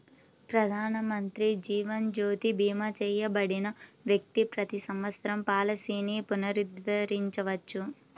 ప్రధానమంత్రి జీవన్ జ్యోతి భీమా చేయబడిన వ్యక్తి ప్రతి సంవత్సరం పాలసీని పునరుద్ధరించవచ్చు